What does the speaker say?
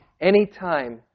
anytime